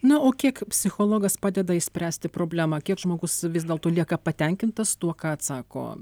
na o kiek psichologas padeda išspręsti problemą kiek žmogus vis dėlto lieka patenkintas tuo ką atsako